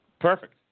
Perfect